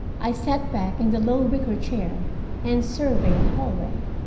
i sat back in the low wicker chair and surveyed the hallway.